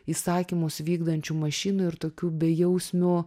įsakymus vykdančių mašinų ir tokių bejausmių